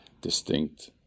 distinct